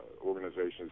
organizations